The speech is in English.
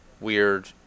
weird